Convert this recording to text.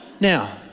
Now